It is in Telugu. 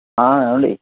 ఏవండీ